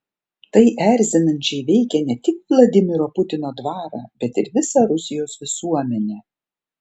tai erzinančiai veikia ne tik vladimiro putino dvarą bet ir visą rusijos visuomenę